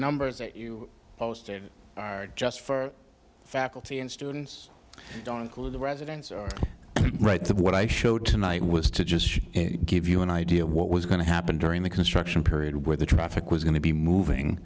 numbers that you posted are just for faculty and students don't include the residents are right that what i showed tonight was to just give you an idea what was going to happen during the construction period where the traffic was going to be moving